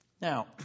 Now